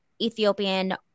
Ethiopian